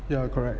ya correct